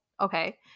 okay